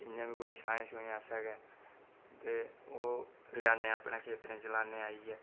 इ'यां बी छाएं छुएं आस्तै गै ते ओह् लेआनेआं अपने खेतरें च लान्नेआं आइयै